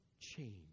change